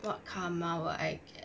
what karma will I get